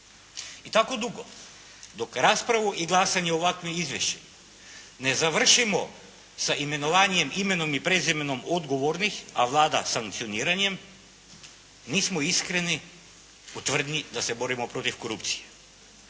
I tako dugo dok raspravu i glasanje o ovakvim izvješćima ne završimo sa imenovanjem imenom i prezimenom odgovornih, a Vlada sankcioniranjem nismo iskreni u tvrdnji da se borimo protiv korupcije.